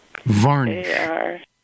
Varnish